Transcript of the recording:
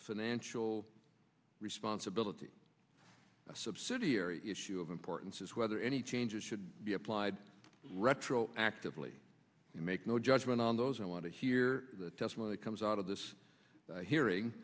financial responsibility a subsidiary issue of importance is whether any changes should be applied retroactively make no judgement on those i want to hear the testimony comes out of this hearing